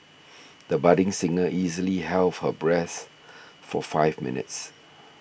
the budding singer easily held her breath for five minutes